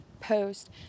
post